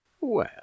Well